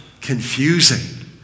confusing